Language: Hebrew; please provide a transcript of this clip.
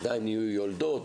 עדיין יהיו יולדות,